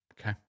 Okay